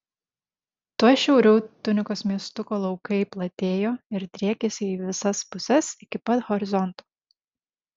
tuoj šiauriau tunikos miestuko laukai platėjo ir driekėsi į visas puses iki pat horizonto